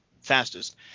fastest